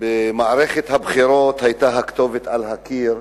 במערכת הבחירות היתה הכתובת על הקיר,